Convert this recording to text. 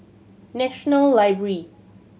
National Library